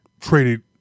traded